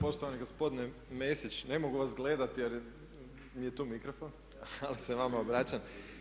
Poštovani gospodine Mesić ne mogu vas gledati jer mi je tu mikrofon ali se vama obraćam.